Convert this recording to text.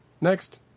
Next